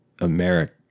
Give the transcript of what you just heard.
America